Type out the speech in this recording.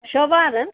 ಶೋಭಾ ಅವ್ರೇನು